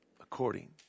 according